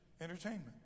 entertainment